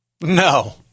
No